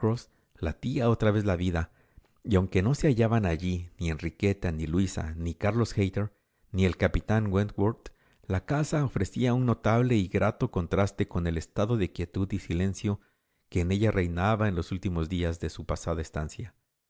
latía otra vez la vida y aunque no se hallaban allí ni enriqueta ni luisa ni carlos hayter ni el capitán wentworth la casa ofrecía un notable y grato contraste con el estado de quietud y silencio que en ella reinaba en los últimos días de su pasada estancia